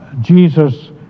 Jesus